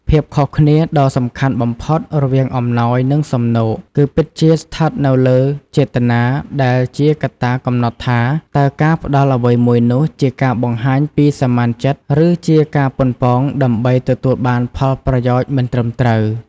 ភាពខុសគ្នាដ៏សំខាន់បំផុតរវាងអំណោយ និងសំណូក គឺពិតជាស្ថិតនៅលើចេតនា ដែលជាកត្តាកំណត់ថាតើការផ្ដល់អ្វីមួយនោះជាការបង្ហាញពីសមានចិត្ត ឬជាការប៉ុនប៉ងដើម្បីទទួលបានផលប្រយោជន៍មិនត្រឹមត្រូវ។